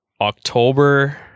October